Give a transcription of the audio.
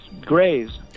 graze